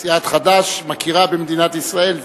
סיעת חד"ש מכירה במדינת ישראל,